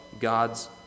God's